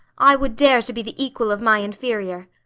i would dare to be the equal of my inferior.